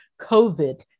COVID